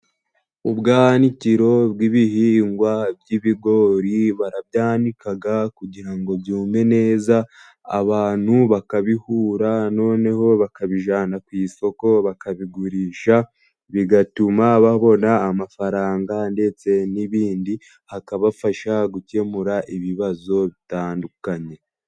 Ubwanikiro bw'ibihingwa by'ibigori ,barabyanika kugira ngo byumye neza, abantu bakabihura noneho bakabijyana ku isoko bakabigurisha bigatuma babona amafaranga ndetse n'ibindi, akabafasha gukemura ibibazo bitandukanye.